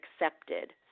accepted